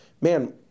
man